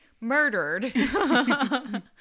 murdered